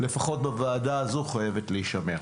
לפחות בוועדה הזו חייבת להישמר.